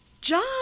John